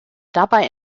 dabei